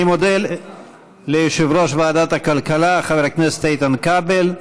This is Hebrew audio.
אני מודה ליושב-ראש ועדת הכלכלה חבר הכנסת איתן כבל.